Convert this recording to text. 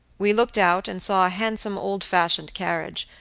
we looked out, and saw a handsome old-fashioned carriage,